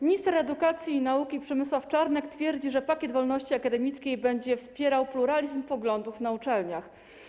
Minister Edukacji i Nauki Przemysław Czarnek twierdzi, że pakiet wolności akademickiej będzie wspierał pluralizm poglądów na uczelniach.